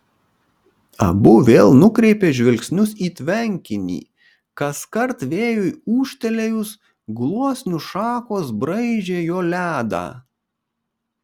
abu vėl nukreipė žvilgsnius į tvenkinį kaskart vėjui ūžtelėjus gluosnių šakos braižė jo ledą